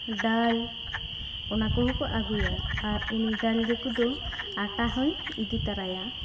ᱰᱟᱞ ᱚᱱᱟ ᱠᱚᱦᱚᱸ ᱠᱚ ᱟᱹᱜᱩᱭᱟ ᱟᱨ ᱩᱱᱠᱤ ᱰᱟᱞ ᱫᱤᱠᱩ ᱫᱚ ᱟᱴᱟ ᱦᱚᱸᱭ ᱤᱫᱤ ᱛᱚᱨᱟᱭᱟ